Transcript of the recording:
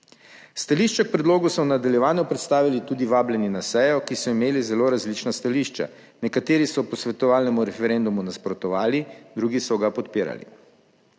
Stališče k predlogu so v nadaljevanju predstavili tudi vabljeni na sejo, ki so imeli zelo različna stališča; nekateri so posvetovalnemu referendumu nasprotovali, drugi so ga podpirali.